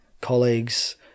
colleagues